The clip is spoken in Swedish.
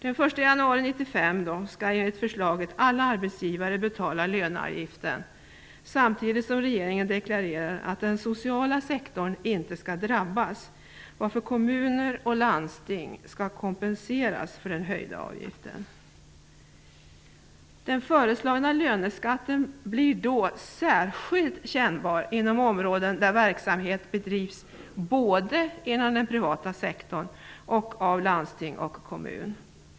Den 1 januari 1995 skall enligt förslaget alla arbetsgivare betala löneavgiften. Samtidigt deklarerar regeringen att den sociala sektorn inte skall drabbas, varför kommuner och landsting skall kompenseras för den höjda avgiften. Den föreslagna löneskatten blir då särskilt kännbar inom områden där verksamhet bedrivs såväl inom den privata sektorn som av landsting och kommun.